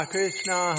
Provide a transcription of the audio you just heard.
Krishna